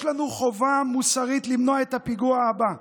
יש לנו חובה מוסרית למנוע את הפיגוע הבא,